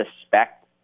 suspect